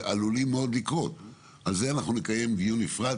שעליהם נקיים דיון נפרד,